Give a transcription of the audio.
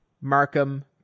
Markham